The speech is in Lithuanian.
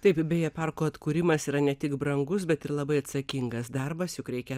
taip beje parko atkūrimas yra ne tik brangus bet ir labai atsakingas darbas juk reikia